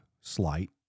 slight